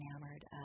enamored